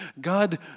God